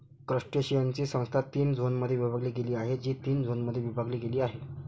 क्रस्टेशियन्सची संस्था तीन झोनमध्ये विभागली गेली आहे, जी तीन झोनमध्ये विभागली गेली आहे